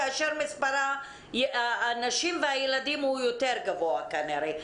כאשר מספר הנשים והילדים הוא יותר גבוה כנראה.